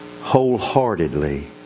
Wholeheartedly